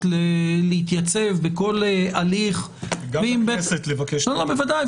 להתייצב בכל הליך --- גם בכנסת לבקש --- בוודאי.